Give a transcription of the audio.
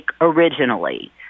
originally